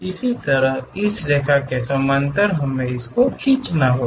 इसी तरह इस रेखा के समानांतर हमें इसे खींचना होगा